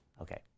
Okay